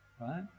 right